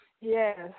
Yes